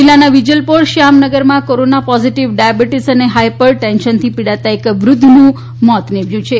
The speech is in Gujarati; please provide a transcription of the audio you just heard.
જીલ્લાના વિજલપોર શ્યામનગરમાં કોરોના પોઝીટીવ ડાયાબીટીસ અને હાઇપર ટેન્શનથી પીડાતા એક વૃધ્ધનું મૃત્યુ નિપજયું છે